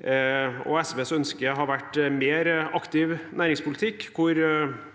SVs ønske har vært en mer aktiv næringspolitikk,